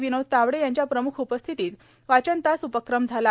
विनोद तावडे यांच्या प्रम्ख उपस्थितीत वाचनतासश् उपक्रम झाला